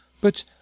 But